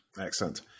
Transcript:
Excellent